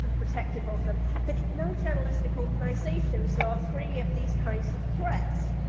and protective of them. but no journalistic organizations are free of these kinds of threats,